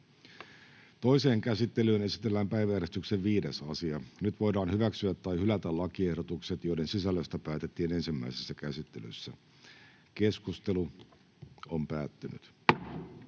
Toiseen käsittelyyn esitellään päiväjärjestyksen 6. asia. Nyt voidaan hyväksyä tai hylätä lakiehdotus, jonka sisällöstä päätettiin ensimmäisessä käsittelyssä. — Keskustelu, edustaja